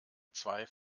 zwei